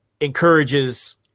encourages